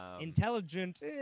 intelligent